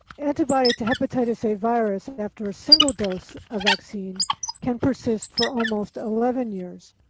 antibody to hepatitis a virus, after a single dose of vaccine can persist for almost eleven years.